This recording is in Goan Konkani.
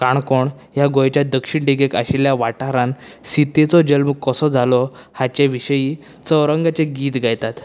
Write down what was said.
काणकोण ह्या गोंयच्या दक्षिण दिकेक आशिल्ल्या वाठारांत सितेचो जल्म कसो जालो हाचे विशयी चौरंगाचें गीत गायतात